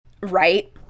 Right